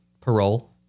parole